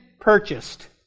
purchased